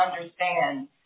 understand